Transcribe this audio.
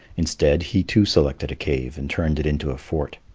instead, he too selected a cave and turned it into a fort.